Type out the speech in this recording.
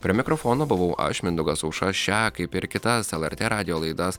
prie mikrofono buvau aš mindaugas aušra šią kaip ir kitas lrt radijo laidas